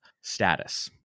status